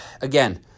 again